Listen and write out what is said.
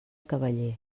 cavaller